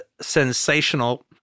sensational